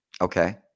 Okay